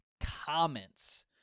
Comments